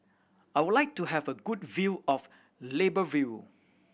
I would like to have a good view of Libreville